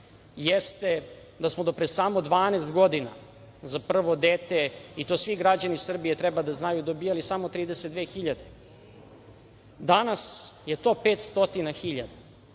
jeste da smo do pre samo 12 godina za prvo dete, i to svi građani Srbije treba da znaju, dobijali samo 32 hiljade. Danas je to 500